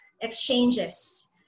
exchanges